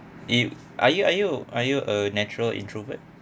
if are you are you are you a natural introvert